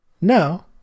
no